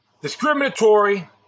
discriminatory